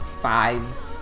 Five